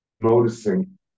noticing